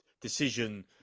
decision